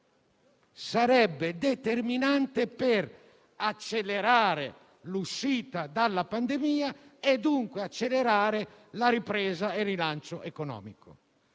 sarebbe determinante per accelerare l'uscita dalla pandemia e, dunque, la ripresa e il rilancio economico.